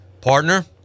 partner